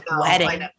wedding